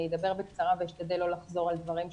אני אדבר בקצרה ואשתדל לא לחזור על דברים שנאמרו.